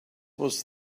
was